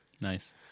Nice